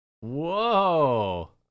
Whoa